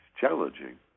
challenging